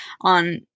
on